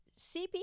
CP